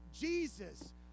Jesus